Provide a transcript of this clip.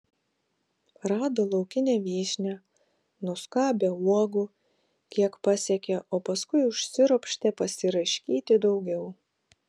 rado laukinę vyšnią nuskabė uogų kiek pasiekė o paskui užsiropštė pasiraškyti daugiau